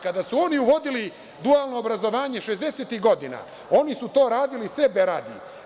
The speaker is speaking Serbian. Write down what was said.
Kada su oni uvodili dualno obrazovanje 60-ih godina, oni su to uradili sebe radi.